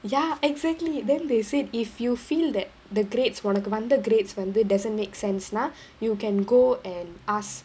ya exactly then they said if you feel that the grades உனக்கு வந்த:unakku vandha grades வந்து:vandhu doesn't make sense னா:naa you can go and ask